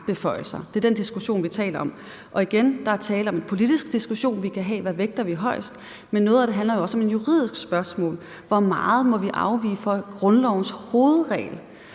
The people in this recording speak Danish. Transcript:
Det er den diskussion, vi har. Og igen vil jeg sige, at der er tale om en politisk diskussion, vi kan have, om, hvad vi vægter højest, men noget af det handler jo også om et juridisk spørgsmål: Hvor meget må vi afvige fra grundlovens hovedregel?